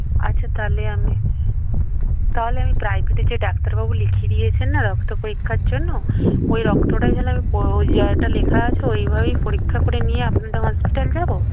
আচ্ছা তাহলে আমি তাহলে আমি প্রাইভেটে যে ডাক্তারবাবু লিখে দিয়েছেন না রক্ত পরীক্ষার জন্য ওই রক্তটা ওই যে একটা লেখা আছে ওইভাবেই পরীক্ষা করে নিয়ে আপনাদের হসপিটাল যাব